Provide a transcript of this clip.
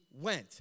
went